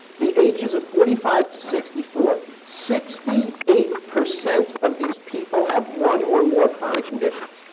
the ages of forty five to sixty four, sixty eight percent of these people have one or more chronic conditions.